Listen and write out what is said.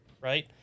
right